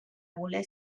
voler